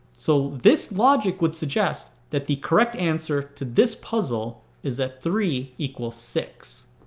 so this logic would suggest that the correct answer to this puzzle is that three equals six.